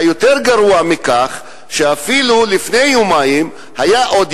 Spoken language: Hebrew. והיותר גרוע מכך הוא שאפילו לפני יומיים היה עוד